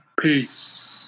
Peace